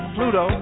Pluto